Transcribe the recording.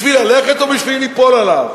בשביל ללכת או בשביל ליפול עליו?